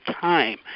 time